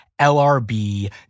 LRB